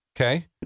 okay